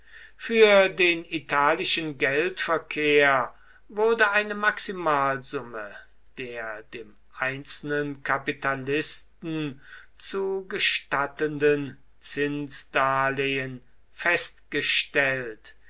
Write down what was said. für den italischen geldverkehr wurde eine maximalsumme der dem einzelnen kapitalisten zu gestattenden zinsdarlehen festgestellt